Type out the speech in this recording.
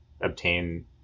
obtain